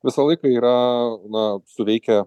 visą laiką yra na suveikia